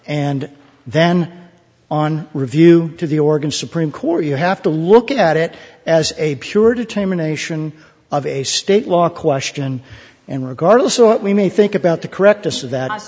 and then on review to the oregon supreme court you have to look at it as a pure detainment of a state law question and regardless of what we may think about the correct